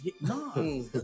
No